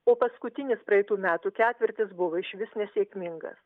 o paskutinis praeitų metų ketvirtis buvo išvis nesėkmingas